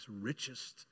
richest